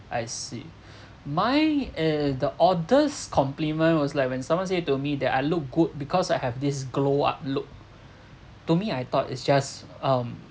I see mine eh the oddest compliment was like when someone said to me that I look good because I have this glow ah look to me I thought it's just um